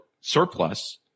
surplus